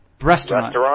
Restaurant